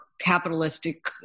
capitalistic